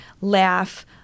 laugh